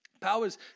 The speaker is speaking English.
Powers